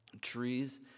Trees